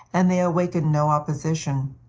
and they awakened no opposition.